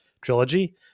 trilogy